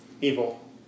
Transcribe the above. evil